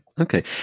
Okay